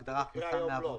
בהגדרה "הכנסה מעבודה